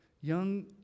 Young